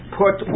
put